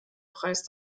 preis